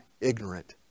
ignorant